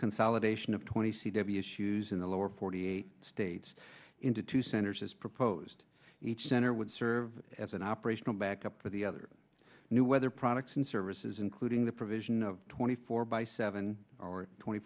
consolidation of twenty c w issues in the lower forty eight states into two centers as proposed each center would serve as an operational backup for the other new weather products and services including the provision of twenty four by seven or twenty